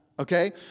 Okay